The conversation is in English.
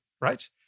right